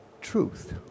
truth